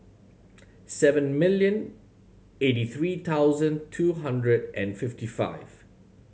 seven million eighty three thousand two hundred and fifty five